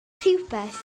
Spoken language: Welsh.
rhywbeth